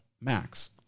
Max